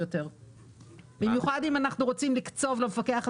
לכן אנחנו צריכים את ההסמכות המתאימות לקבוע הוראות